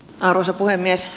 arvoisa puhemies